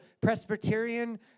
Presbyterian